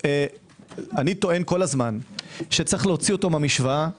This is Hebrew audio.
אני טוען כל הזמן שיש להוציאו מהמשוואה.